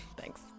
Thanks